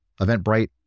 Eventbrite